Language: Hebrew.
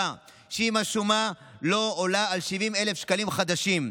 שאם השומה לא עולה על 70,000 שקלים חדשים,